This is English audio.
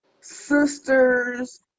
sisters